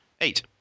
Eight